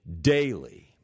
daily